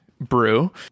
brew